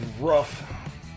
rough